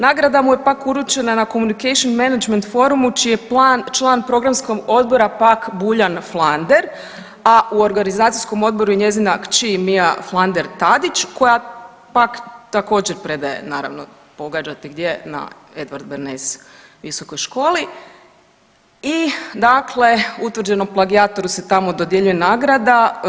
Nagrada mu je pak uručena na Communication Management forumu čiji je plan, član programskog odbora pak Buljan Flander, a u organizacijskom odboru i njezina kći Mia Flander Tadić koja pak također predaje naravno pogađate gdje Edward Bernays visokoj školi i dakle utvrđenom plagijatoru se tamo dodjeljuje nagrada.